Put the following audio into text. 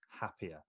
happier